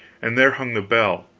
and there hung the bell,